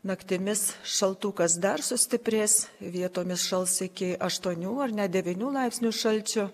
naktimis šaltukas dar sustiprės vietomis šals iki aštuonių ar net devynių laipsnių šalčio